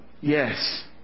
Yes